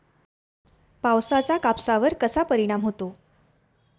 पावसाचा कापसावर कसा परिणाम होतो?